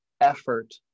effort